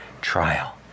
trial